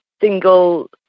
single